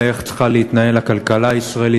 איך צריכה להתנהל הכלכלה הישראלית,